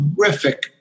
terrific